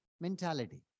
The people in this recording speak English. mentality